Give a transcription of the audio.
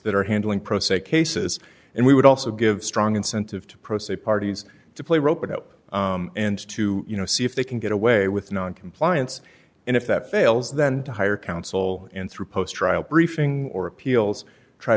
that are handling pro se cases and we would also give strong incentive to proceed parties to play rope a dope and to you know see if they can get away with noncompliance and if that fails then hire counsel and three post trial briefing or appeals try